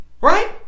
Right